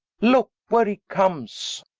looke where he comes.